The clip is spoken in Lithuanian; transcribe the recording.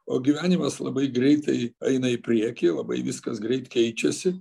o gyvenimas labai greitai eina į priekį labai viskas greit keičiasi